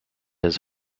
his